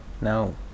No